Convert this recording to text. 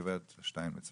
גב' סימונה שטינמץ,